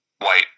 white